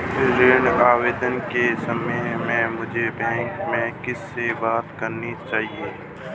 ऋण आवेदन के संबंध में मुझे बैंक में किससे बात करनी चाहिए?